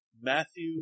Matthew